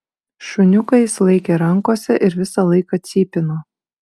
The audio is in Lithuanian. šuniuką jis laikė rankose ir visą laiką cypino